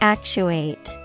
Actuate